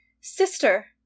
sister